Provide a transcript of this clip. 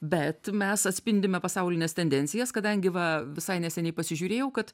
bet mes atspindime pasaulines tendencijas kadangi va visai neseniai pasižiūrėjau kad